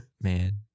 Man